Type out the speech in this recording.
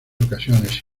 ocasiones